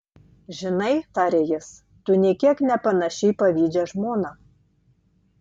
žinai tarė jis tu nė kiek nepanaši į pavydžią žmoną